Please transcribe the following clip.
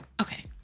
Okay